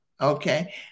okay